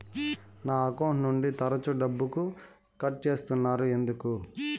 నా అకౌంట్ నుండి తరచు డబ్బుకు కట్ సేస్తున్నారు ఎందుకు